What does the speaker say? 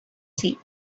see